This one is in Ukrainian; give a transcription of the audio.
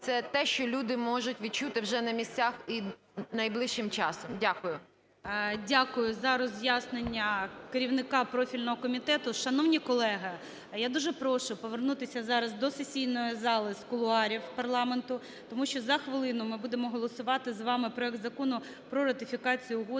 це те, що люди можуть відчути вже на місцях і найближчим часом. Дякую. ГОЛОВУЮЧИЙ. Дякую за роз'яснення керівника профільного комітету. Шановні колеги, я дуже прошу повернутися зараз до сесійної зали з кулуарів парламенту, тому що за хвилину ми будемо голосувати з вами проект Закону про ратифікацію Угоди